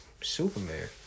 Superman